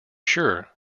sure